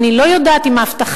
אני לא יודעת אם ההבטחה,